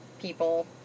people